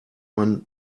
man